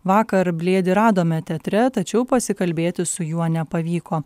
vakar blėdį radome teatre tačiau pasikalbėti su juo nepavyko